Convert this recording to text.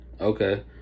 Okay